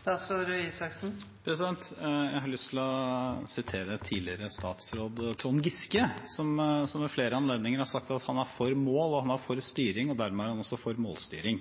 Jeg har lyst til å sitere tidligere statsråd Trond Giske, som ved flere anledninger har sagt at han er for mål og for styring, og dermed er han også for målstyring.